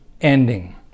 ending